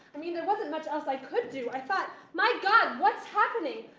i mean, there wasn't much else i could do. i thought, my god, what's happening?